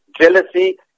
jealousy